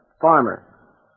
farmer